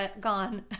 gone